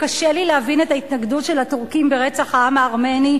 וקשה לי להבין את ההתנגדות של הטורקים להכרה ברצח העם הארמני,